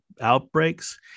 outbreaks